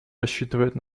рассчитывать